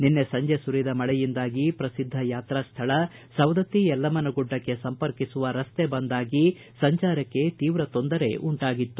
ನಿನ್ನೆ ಸಂಜೆ ಸುರಿದ ಮಳೆಯುಂದಾಗಿ ಪ್ರಸಿದ್ದ ಯಾತ್ರಾ ಸ್ಥಳ ಸವದತ್ತಿ ಎಲ್ಲಮ್ನನ ಗುಡ್ಡಕ್ಕೆ ಸಂಪರ್ಕಿಸುವ ರಸ್ತೆ ಬಂದ್ ಆಗಿ ಸಂಚಾರಕ್ಕೆ ತೀವ್ರ ತೊಂದರೆಯುಂಟಾಗಿತ್ತು